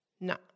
no